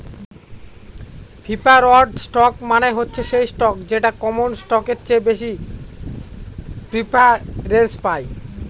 preferred stock মানে হচ্ছে সেই স্টক যেটা কমন স্টকের চেয়ে বেশি প্রিফারেন্স পায়